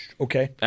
Okay